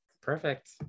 Perfect